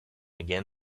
again